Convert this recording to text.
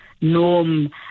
norm